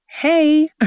Hey